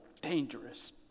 dangerous